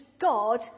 God